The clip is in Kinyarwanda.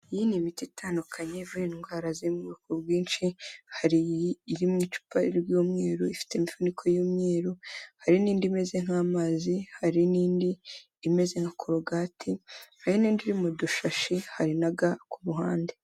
Iyi ni miti itandukanye ivura indwara ziri mu ubwoko bwinshi. Hari iyi iri mu icupa ry'umweru ifite imifuniko y'umweru, hari n'indi imeze nk'amazi, hari n'indi imeze nka korogati bene iri mu dushashi, hari naga ku ruhande.